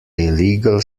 legal